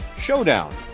Showdown